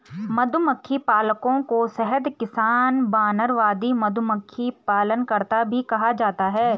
मधुमक्खी पालकों को शहद किसान, वानरवादी, मधुमक्खी पालनकर्ता भी कहा जाता है